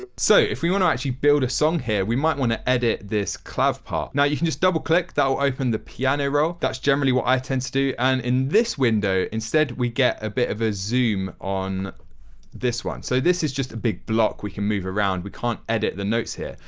but so, if we want to actually build a song here we might want to edit this clav part. now you can just double click that will open the piano roll. that's generally what i tend to do and in this window instead we get a bit of a zoom on this one. so, this is just a big block we can move around. we can't edit the notes here.